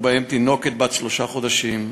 אחת מהן תינוקת בת שלושה חודשים,